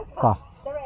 costs